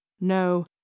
No